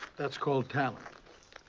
that's called talent.